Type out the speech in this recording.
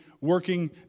working